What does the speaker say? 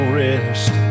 rest